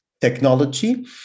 Technology